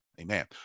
Amen